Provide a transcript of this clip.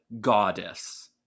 goddess